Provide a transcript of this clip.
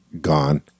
gone